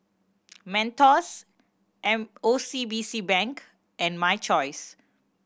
Mentos M O C B C Bank and My Choice